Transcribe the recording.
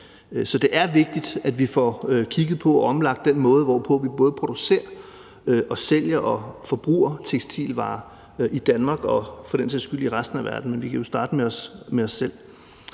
Så det er vigtigt, at vi får kigget på og omlagt den måde, hvorpå vi både producerer og sælger og forbruger tekstilvarer i Danmark og for den sags skyld i resten af verden. Men vi kan jo starte med os selv.